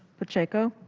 pacheco.